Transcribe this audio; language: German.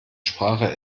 sprache